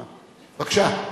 בבקשה.